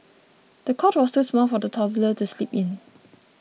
the cot was too small for the toddler to sleep in